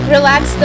Relax